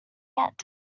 yet